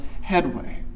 headway